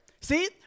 See